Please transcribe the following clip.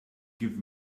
give